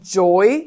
joy